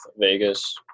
Vegas